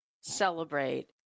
celebrate